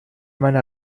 meiner